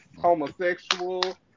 homosexual